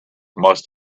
must